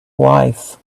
wife